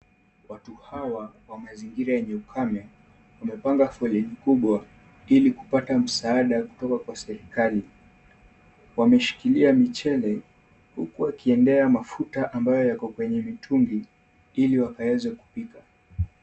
Watu hawa wa mazingira yenye ukame wamepanga foleni kubwa, ili kupata msaada kutoka kwa serikali. Wameshikilia michele, huku wakiendelea mafuta ambayo yako kwenye mitungi, ili wakaweze kupika.